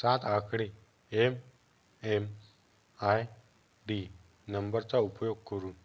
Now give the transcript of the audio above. सात आकडी एम.एम.आय.डी नंबरचा उपयोग करुन